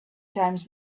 times